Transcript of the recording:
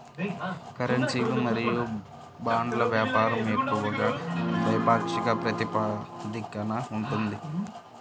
కరెన్సీలు మరియు బాండ్ల వ్యాపారం ఎక్కువగా ద్వైపాక్షిక ప్రాతిపదికన ఉంటది